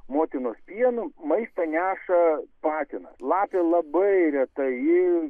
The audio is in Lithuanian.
motinos pienu maistą neša patinas lapė labai retai ji